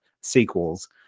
sequels